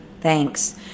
thanks